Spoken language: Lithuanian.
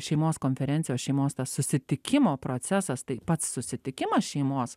šeimos konferencijos šeimos tas susitikimo procesas tai pats susitikimas šeimos